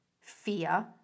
fear